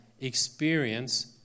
experience